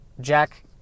Jack